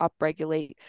upregulate